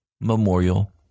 Memorial